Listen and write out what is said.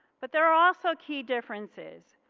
but there are also key differences.